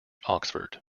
oxford